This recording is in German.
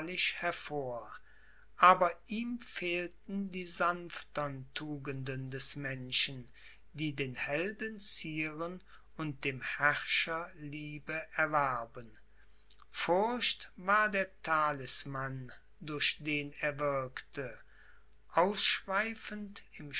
hervor aber ihm fehlten die sanftern tugenden des menschen die den helden zieren und dem herrscher liebe erwerben furcht war der talisman durch den er wirkte ausschweifend